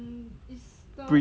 print